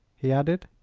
he added.